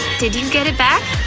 did you get it back?